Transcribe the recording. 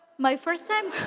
my first time